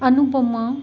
Anupama